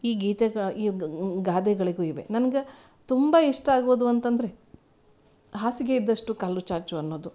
ಈ ಗೀತೆಗೆ ಈ ಗಾದೆಗಳಿಗೂ ಇವೆ ನನ್ಗೆ ತುಂಬ ಇಷ್ಟಾಗೋದು ಅಂತಂದ್ರೆ ಹಾಸಿಗೆ ಇದ್ದಷ್ಟು ಕಾಲು ಚಾಚು ಅನ್ನೋದು